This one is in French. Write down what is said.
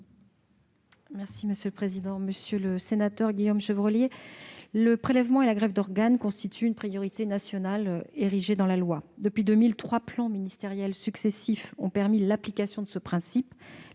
Mme la ministre déléguée. Monsieur le sénateur Guillaume Chevrollier, le prélèvement et la greffe d'organes constituent une priorité nationale érigée dans la loi. Depuis 2000, trois plans ministériels successifs ont permis l'application de ce principe.